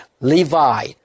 Levi